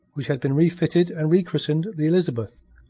which had been refitted and rechristened the elizabeth,